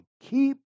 Keep